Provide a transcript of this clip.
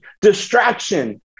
distraction